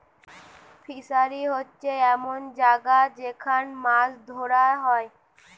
fishery হোচ্ছে এমন জাগা যেখান মাছ ধোরা হয়